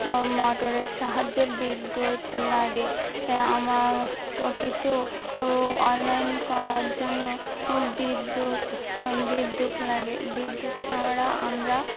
মটরের সাহায্যে বিদ্যুৎ লাগে আমার কিছু অনলাইন করার জন্য বিদ্যুৎ বিদ্যুৎ লাগে বিদ্যুৎ ছাড়া আমরা